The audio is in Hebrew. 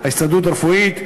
להסתדרות הרפואית,